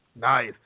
nice